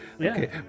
okay